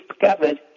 discovered